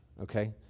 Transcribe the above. okay